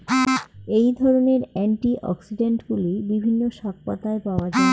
এই ধরনের অ্যান্টিঅক্সিড্যান্টগুলি বিভিন্ন শাকপাতায় পাওয়া য়ায়